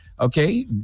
Okay